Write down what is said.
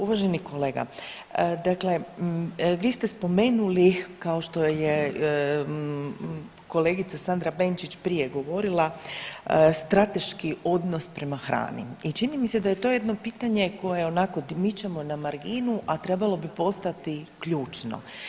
Uvaženi kolega, dakle vi ste spomenuli kao što je kolegica Sandra Benčić prije govorila strateški odnos prema hrani i čini mi se da je to jedno pitanje koje onako mi ćemo na marginu, a trebalo bi postati ključno.